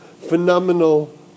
phenomenal